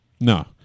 No